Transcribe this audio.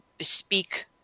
speak